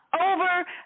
over